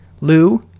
Lou